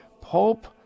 Pope